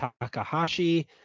Takahashi